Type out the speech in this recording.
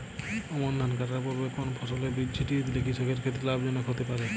আমন ধান কাটার পূর্বে কোন ফসলের বীজ ছিটিয়ে দিলে কৃষকের ক্ষেত্রে লাভজনক হতে পারে?